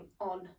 on